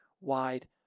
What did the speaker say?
wide